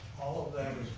all of that